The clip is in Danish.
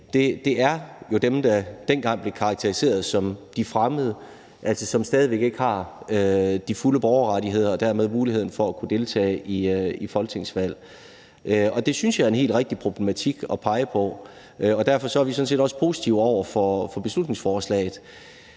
jo er dem, der dengang blev karakteriseret som de fremmede, og som stadig væk ikke har de fulde borgerrettigheder og dermed muligheden for at kunne deltage i folketingsvalg. Det synes jeg er en helt rigtig problematik at pege på, og derfor er vi sådan set også positive over for beslutningsforslaget.